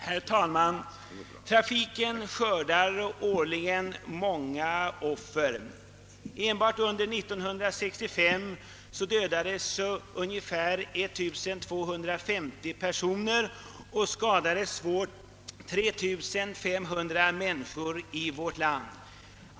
Herr talman! Trafiken skördar årliligen många offer. Enbart under 1965 dödades ungefär 1250 personer och skadades svårt 3 500 människor i vårt land.